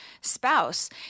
spouse